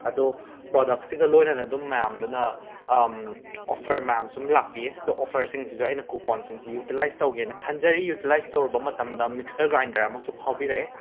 ꯑꯗꯣ ꯄ꯭ꯔꯣꯗꯛꯁꯤꯗ ꯂꯣꯏꯅꯅ ꯑꯗꯨꯝ ꯃꯌꯥꯝꯗꯨꯅ ꯑꯣꯐꯔ ꯃꯌꯥꯝ ꯁꯨꯝ ꯂꯥꯛꯄꯤꯌꯦ ꯑꯗꯣ ꯑꯣꯐꯔꯁꯤꯡꯁꯤꯁꯨ ꯑꯩꯅ ꯀꯨꯄꯣꯟꯁꯤꯡꯁꯤ ꯌꯨꯇꯤꯂꯥꯏꯁ ꯇꯧꯒꯦꯅ ꯈꯟꯖꯔꯤ ꯌꯨꯇꯤꯂꯥꯏꯁ ꯇꯧꯔꯨꯕ ꯃꯇꯝꯗ ꯃꯤꯛꯁꯔ ꯒ꯭ꯔꯥꯏꯟꯗꯔ ꯑꯃꯁꯨ ꯐꯥꯎꯕꯤꯔꯛꯑꯦ